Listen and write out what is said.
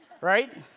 right